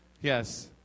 Yes